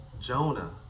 Jonah